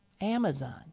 Amazon